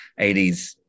80s